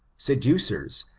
seducers,